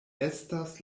estas